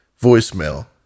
voicemail